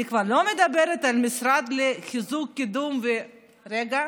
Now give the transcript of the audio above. אני כבר לא מדברת על משרד לחיזוק, קידום, רגע,